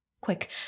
Quick